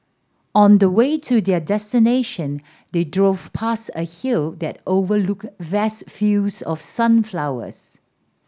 on the way to their destination they drove past a hill that overlooked vast fields of sunflowers